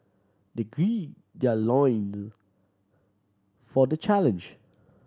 they gird their loins for the challenge